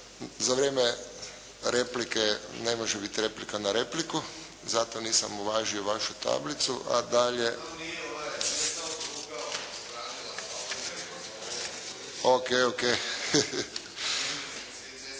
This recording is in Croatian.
Za vrijeme replike ne može biti replika na repliku, zato nisam uvažio vašu tablicu. …/Upadica se ne